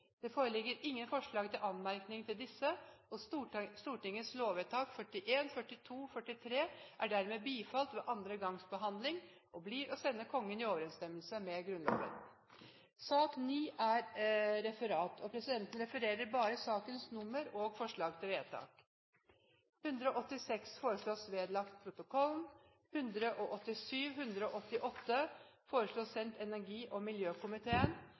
Det foreligger ingen forslag til anmerkning til noen av sakene. Stortingets lovvedtak er dermed bifalt ved andre gangs behandling og blir å sende Kongen i overensstemmelse med Grunnloven. Dermed er